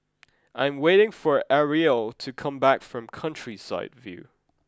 I am waiting for Arielle to come back from Countryside View